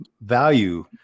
value